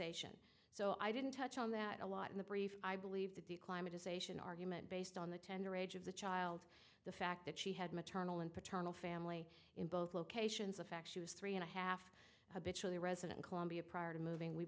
ation so i didn't touch on that a lot in the brief i believe that the climate is ation argument based on the tender age of the child the fact that she had maternal and paternal family in both locations a fact she was three and a half the resident columbia prior to moving we